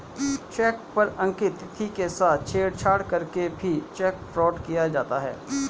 check पर अंकित तिथि के साथ छेड़छाड़ करके भी चेक फ्रॉड किया जाता है